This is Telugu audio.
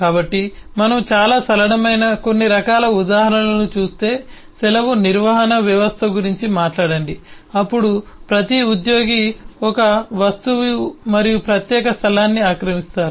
కాబట్టి మనము చాలా సరళమైన కొన్ని రకాల ఉదాహరణలను చూస్తే సెలవు నిర్వహణ వ్యవస్థ గురించి మాట్లాడండి అప్పుడు ప్రతి ఉద్యోగి ఒక వస్తువు మరియు ప్రత్యేక స్థలాన్ని ఆక్రమిస్తారు